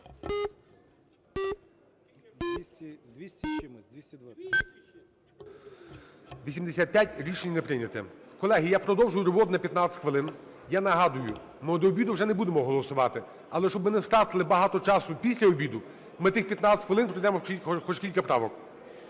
За-85 Рішення не прийнято. Колеги, я продовжую роботу на 15 хвилин. Я нагадую, ми до обіду вже не будемо голосувати, але щоб ми не втратили багато часу після обіду, ми тих 15 хвилин пройдемо ще хоч кілька правок.